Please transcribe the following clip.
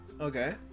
Okay